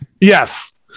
yes